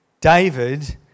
David